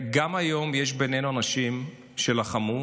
גם היום יש בינינו אנשים שלחמו.